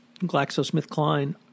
GlaxoSmithKline